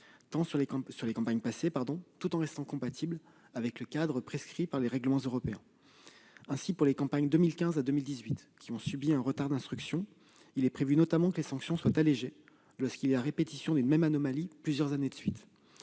sur les campagnes passées, tout en restant en conformité avec le cadre prescrit par les règlements européens. Ainsi, pour les campagnes de 2015 à 2018, qui ont subi un retard d'instruction, il est notamment prévu que les sanctions soient allégées en cas de répétition d'une même anomalie plusieurs années de suite.